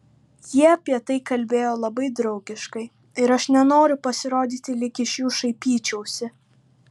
jie apie tai kalbėjo labai draugiškai ir aš nenoriu pasirodyti lyg iš jų šaipyčiausi